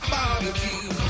Barbecue